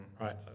right